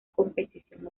competición